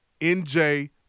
NJ